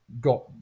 got